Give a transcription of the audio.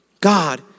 God